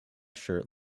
shirt